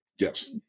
Yes